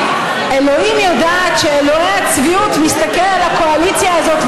אלוהים יודעת שאלוהי הצביעות מסתכל על הקואליציה הזאת,